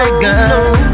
girl